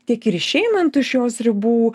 tiek ir išeinant iš jos ribų